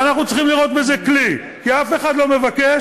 ואנחנו צריכים לראות בזה כלי, כי אף אחד לא מבקש